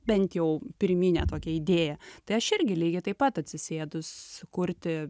bent jau pirminę tokią idėją tai aš irgi lygiai taip pat atsisėdus kurti